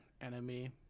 enemy